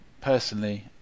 personally